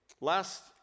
Last